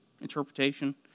interpretation